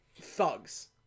thugs